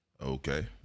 Okay